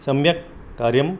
सम्यक् कार्यं